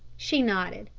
she nodded.